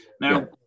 Now